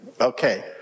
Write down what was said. Okay